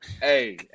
Hey